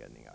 Umeå.